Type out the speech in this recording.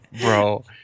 bro